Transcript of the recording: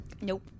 Nope